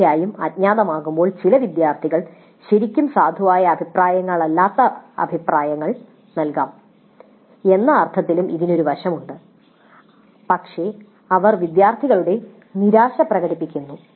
തീർച്ചയായും അജ്ഞാതമാകുമ്പോൾ ചില വിദ്യാർത്ഥികൾ ശരിക്കും സാധുവായ അഭിപ്രായങ്ങളല്ലാത്ത അഭിപ്രായങ്ങൾ നൽകാം എന്ന അർത്ഥത്തിലും ഇതിനൊരു വശമുണ്ട് പക്ഷേ അവർ വിദ്യാർത്ഥികളുടെ നിരാശ പ്രകടിപ്പിക്കുന്നു